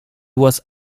was